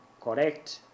correct